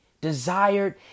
desired